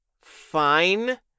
fine